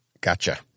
Gotcha